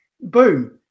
Boom